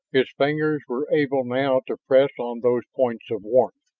his fingers were able now to press on those points of warmth.